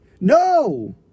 No